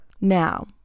now